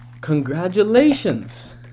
Congratulations